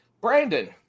Brandon